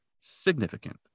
significant